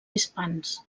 hispans